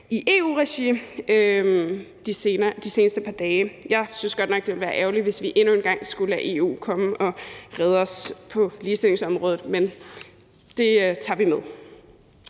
i EU-regi de seneste par dage. Jeg synes godt nok, det ville være ærgerligt, hvis vi endnu en gang skulle lade EU komme og redde os på ligestillingsområdet, men det tager vi med.